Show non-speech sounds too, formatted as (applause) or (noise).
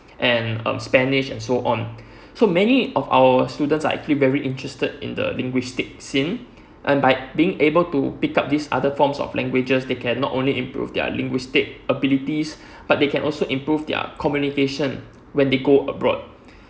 and um spanish and so on (breath) so many of our students are actually very interested in the linguistic scene and by being able to pick up this other forms of languages they can not only improve their linguistic abilities (breath) but they can also improve their communication when they go abroad (breath)